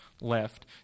left